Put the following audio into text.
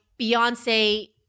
Beyonce